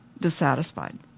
dissatisfied